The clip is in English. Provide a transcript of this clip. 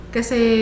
Kasi